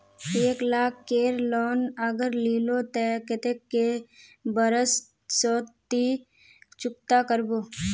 एक लाख केर लोन अगर लिलो ते कतेक कै बरश सोत ती चुकता करबो?